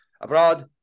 abroad